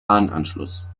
bahnanschluss